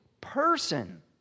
person